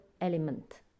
element